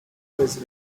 países